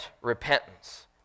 repentance